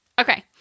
Okay